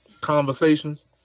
conversations